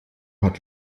hat